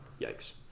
Yikes